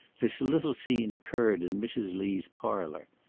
this little scene occurred in mrs. lee's parlour.